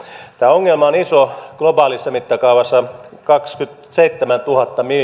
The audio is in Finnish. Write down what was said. tämä ongelma on iso globaalissa mittakaavassa kaksikymmentäseitsemäntuhatta